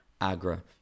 Agra